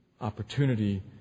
opportunity